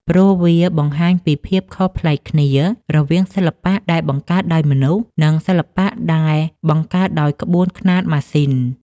ព្រោះវាបង្ហាញពីភាពខុសប្លែកគ្នារវាងសិល្បៈដែលបង្កើតដោយមនុស្ស និងសិល្បៈដែលបង្កើតដោយក្បួនខ្នាតម៉ាស៊ីន។